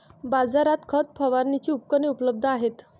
बाजारात खत फवारणीची उपकरणे उपलब्ध आहेत